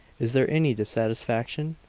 is there any dissatisfaction?